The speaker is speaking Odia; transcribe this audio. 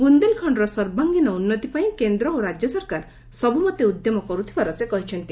ବୁନ୍ଦେଲଖଣ୍ଡର ସର୍ବାଙ୍ଗୀନ ଉନ୍ନତି ପାଇଁ କେନ୍ଦ୍ର ଓ ରାଜ୍ୟ ସରକାର ସବୁମତେ ଉଦ୍ୟମ କରୁଥିବାର ସେ କହିଛନ୍ତି